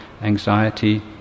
anxiety